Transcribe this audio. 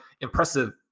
impressive